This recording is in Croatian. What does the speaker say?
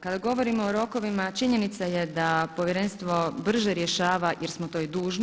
Kada govorimo o rokovima, činjenica je da povjerenstvo brže rješava jer smo to i dužni.